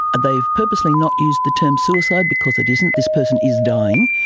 and they've purposely not use the term suicide, because it isn't, this person is dying,